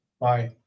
Bye